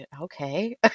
okay